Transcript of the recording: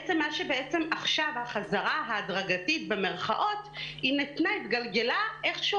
ההחזרה הדרגתית במירכאות גלגלה איכשהו